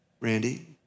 Randy